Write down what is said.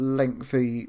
lengthy